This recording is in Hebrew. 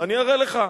אני אראה לך.